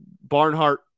Barnhart